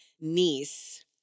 niece